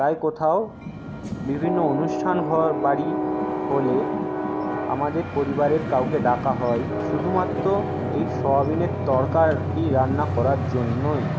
তাই কোথাও বিভিন্ন অনুষ্ঠান বাড়ি হলে আমাদের পরিবারের কাউকে ডাকা হয় শুধুমাত্র এই সোয়াবিনের তরকাটি রান্না করার জন্যই